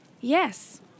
Yes